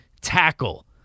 tackle